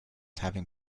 having